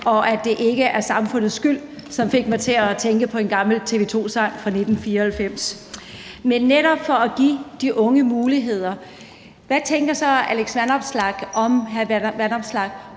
at det ikke er samfundets skyld, som fik mig til at tænke på en gammel TV-2-sang fra 1994. Men netop for at give de unge muligheder, hvad tænker hr. Alex Vanopslagh om det